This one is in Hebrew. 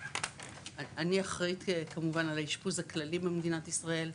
אני אחראית כמובן על האשפוז הכללי במדינת ישראל.